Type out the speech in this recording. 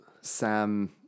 Sam